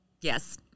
Yes